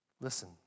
Listen